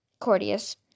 courteous